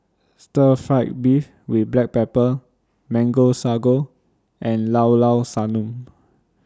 Stir Fried Beef with Black Pepper Mango Sago and Llao Llao Sanum